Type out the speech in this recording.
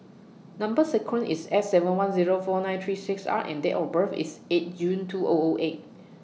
Number sequence IS S seven one Zero four nine three six R and Date of birth IS eight June two O O eight